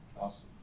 awesome